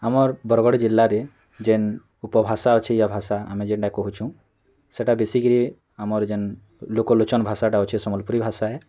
ଆମର୍ ବରଗଡ଼୍ ଜିଲ୍ଲାରେ ଯେନ୍ ଉପଭାଷା ଅଛି ୟା ଭାଷା ଆମେ ଯେନ୍ଟା କହୁଚୁ ସେଟା ବେଶୀକିରି ଆମର୍ ଯେନ୍ ଲୋକଲୋଚନ୍ ଭାଷାଟା ଅଛି ସମ୍ବଲପୁର୍ ଭାଷା ହେ